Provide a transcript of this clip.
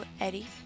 Eddie